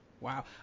Wow